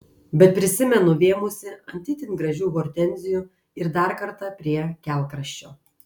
bet prisimenu vėmusi ant itin gražių hortenzijų ir dar kartą prie kelkraščio